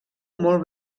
molt